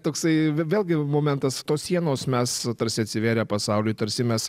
toksai vėlgi momentas tos sienos mes tarsi atsivėrė pasauliui tarsi mes